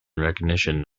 recognition